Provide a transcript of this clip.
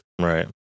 Right